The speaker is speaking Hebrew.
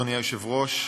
אדוני היושב-ראש,